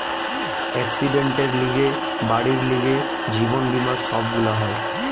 একসিডেন্টের লিগে, বাড়ির লিগে, জীবন বীমা সব গুলা হয়